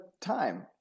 time